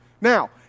Now